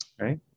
right